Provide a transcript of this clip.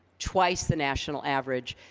twice the national average.